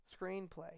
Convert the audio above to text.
screenplay